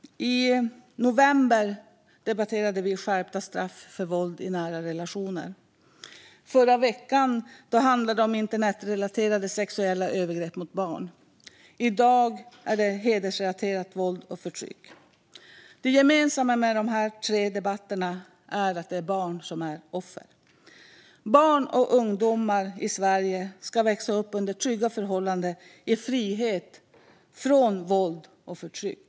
I november debatterade vi skärpta straff för våld i nära relationer. Förra veckan handlade det om internetrelaterade sexuella övergrepp mot barn. I dag handlar det om hedersrelaterat våld och förtryck. Det gemensamma med dessa tre debatter är att det är barn som är offer. Barn och ungdomar i Sverige ska växa upp under trygga förhållanden i frihet från våld och förtryck.